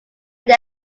they